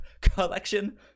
collection